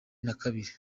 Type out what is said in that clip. nakabiri